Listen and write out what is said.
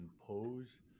impose